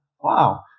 wow